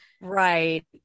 right